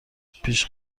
پیش